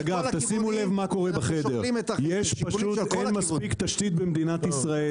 --- שימו לב מה קורה בחדר - אין מספיק תשתית במדינת ישראל